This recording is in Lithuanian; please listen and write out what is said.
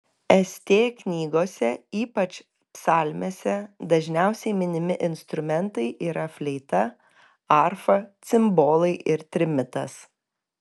st knygose ypač psalmėse dažniausiai minimi instrumentai yra fleita arfa cimbolai ir trimitas